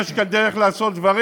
יש כאן דרך לעשות דברים.